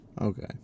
okay